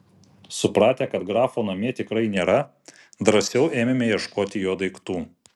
supratę kad grafo namie tikrai nėra drąsiau ėmėme ieškoti jo daiktų